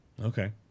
Okay